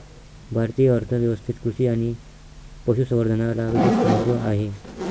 भारतीय अर्थ व्यवस्थेत कृषी आणि पशु संवर्धनाला विशेष महत्त्व आहे